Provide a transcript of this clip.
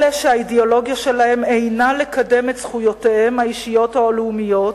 אלה שהאידיאולוגיה שלהם אינה לקדם את זכויותיהם האישיות או הלאומיות,